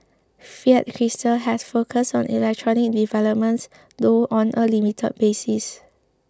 Fiat Chrysler has focused on electric developments though on a limited basis